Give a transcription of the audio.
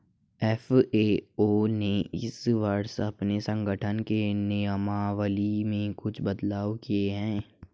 FAO ने इस वर्ष अपने संगठन के नियमावली में कुछ बदलाव किए हैं